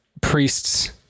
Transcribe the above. priests